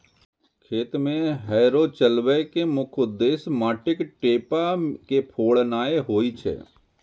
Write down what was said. खेत मे हैरो चलबै के मुख्य उद्देश्य माटिक ढेपा के फोड़नाय होइ छै